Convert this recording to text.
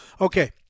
Okay